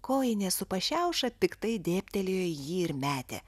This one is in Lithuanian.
kojinė su pašiaušia piktai dėbtelėjo į jį ir metė